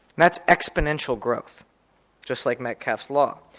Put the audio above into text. that's exponential growth just like metcalf's law.